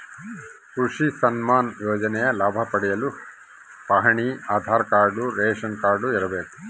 ಕೃಷಿ ಸನ್ಮಾನ್ ಯೋಜನೆಯ ಲಾಭ ಪಡೆಯಲು ಪಹಣಿ ಆಧಾರ್ ಕಾರ್ಡ್ ರೇಷನ್ ಕಾರ್ಡ್ ಇರಬೇಕು